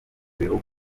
bihugu